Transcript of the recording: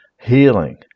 healing